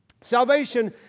Salvation